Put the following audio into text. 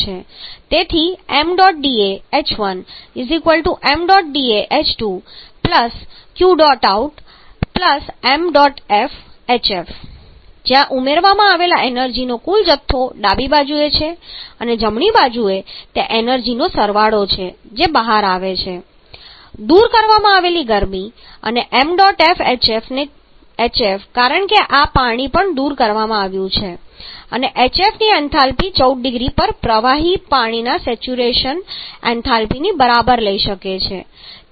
તેથી ṁda h1 ṁda h2 Qouṫ ṁfhf જ્યાં ઉમેરવામાં આવેલ એનર્જીનો કુલ જથ્થો ડાબી બાજુએ છે અને જમણી બાજુએ તે એનર્જી નો સરવાળો છે જે બહાર આવે છે દૂર કરવામાં આવેલી ગરમી અને ṁf hf કારણ કે આ પાણી પણ દૂર કરવામાં આવ્યું છે અને hf ની એન્થાલ્પી 14 0C પર પ્રવાહી પાણીના સેચ્યુરેશન એન્થાલ્પીની બરાબર લઈ શકાય છે